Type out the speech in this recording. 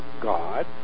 God